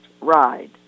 Ride